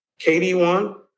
KD1